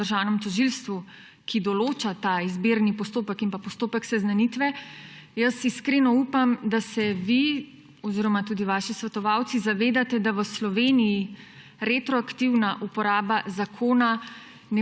državnem tožilstvu, ki določa ta izbirni postopek in pa postopek seznanitve, jaz iskreno upam, da se vi oziroma tudi vaši svetovalci zavedate, da v Sloveniji retroaktivna uporaba zakona